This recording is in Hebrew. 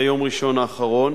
ביום ראשון האחרון.